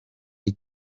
iyo